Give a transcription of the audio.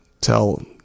tell